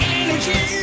energy